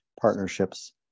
partnerships